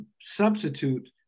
Substitute